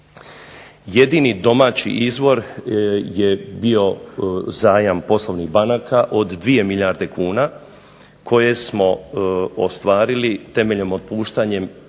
Jedini domaći izvor je bio zajam poslovnih banaka od 2 milijarde kuna koje smo ostvarili temeljem otpuštanjem